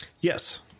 Yes